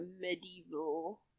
Medieval